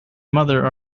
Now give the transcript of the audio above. mother